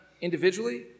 individually